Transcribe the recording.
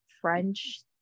French